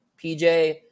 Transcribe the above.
PJ